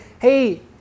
hey